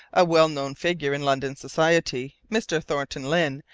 a well-known figure in london society, mr. thornton lyne,